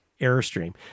airstream